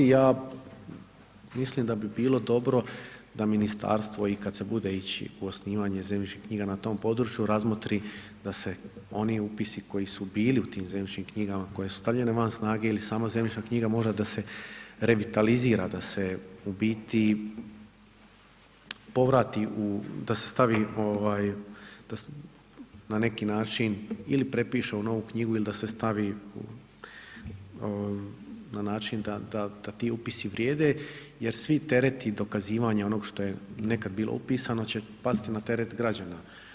Ja mislim da bi bilo dobro da ministarstvo i kada se bude ići u osnivanje zemljišnih knjiga na tom području razmotri da se oni upisi koji su bili u tim zemljišnim knjigama koje su stavljene van snage ili samo zemljišna knjiga mora da se revitalizira, da se u biti povrati, da se stavi, na neki način ili prepiše u novu knjigu ili da se stavi na način da ti upisi vrijede jer svi tereti dokazivanja onog što je nekad bilo upisano će pasti na teret građana.